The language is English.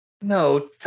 No